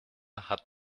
hat